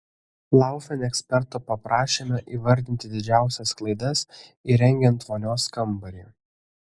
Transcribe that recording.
laufen eksperto paprašėme įvardinti didžiausias klaidas įrengiant vonios kambarį